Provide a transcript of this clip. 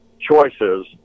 choices